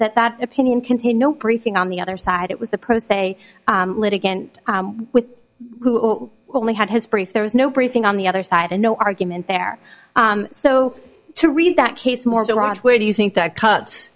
that that opinion contain no briefing on the other side it was a pro se litigant with who only had his brief there was no briefing on the other side and no argument there so to read that case more garage where do you think that cut